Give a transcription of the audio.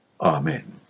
Amen